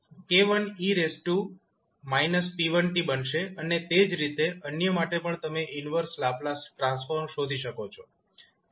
તો આ 𝑘1𝑒−𝑝1𝑡 બનશે અને તે જ રીતે અન્ય માટે પણ તમે ઈન્વર્સ લાપ્લાસ ટ્રાન્સફોર્મ શોધી શકો છો